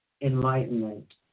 enlightenment